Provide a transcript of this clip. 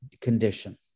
condition